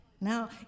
Now